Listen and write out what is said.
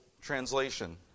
translation